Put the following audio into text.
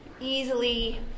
easily